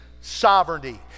sovereignty